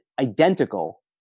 identical